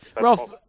Ralph